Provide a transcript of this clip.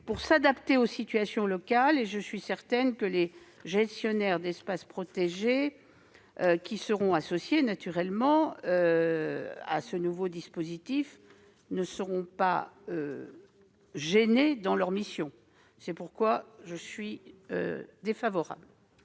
pour s'adapter aux situations locales. Je suis certaine que les gestionnaires d'espaces protégés, qui seront associés naturellement à ce nouveau dispositif, ne seront pas gênés dans leur mission. Je mets aux voix